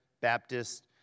Baptist